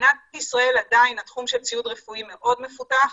במדינת ישראל עדיין התחום של ציוד רפואי מאוד מפותח,